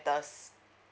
matters